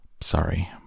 sorry